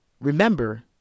remember